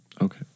Okay